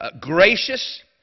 gracious